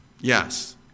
Yes